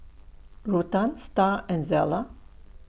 Ruthann Starr and Zella